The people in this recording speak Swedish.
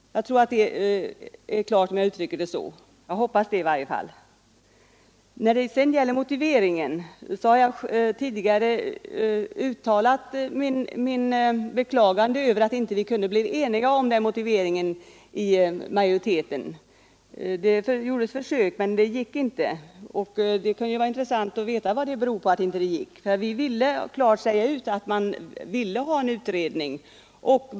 Jag tror att det är klart om jag uttrycker det så. Jag hoppas det i varje fall. När det gäller motiveringen har jag tidigare uttalat mitt beklagande över att vi inte kunde bli ense med majoriteten om den. Det gjordes försök, men det gick inte. Och det kan kanske vara intressant att veta vad det berodde på. Vi ville klart säga ut att vi ville ha en utredning.